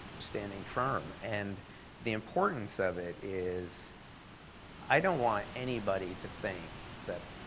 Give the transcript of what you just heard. standing firm. and the importance of it is i don't want anybody to think that